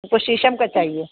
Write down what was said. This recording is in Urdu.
کو شیشم کا چاہیے